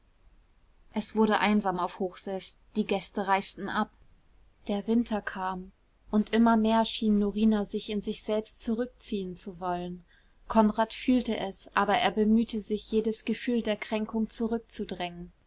es wurde einsam auf hochseß die gäste reisten ab der winter kam und immer mehr schien norina sich in sich selbst zurückziehen zu wollen konrad fühlte es aber er bemühte sich jedes gefühl der kränkung zurückzudrängen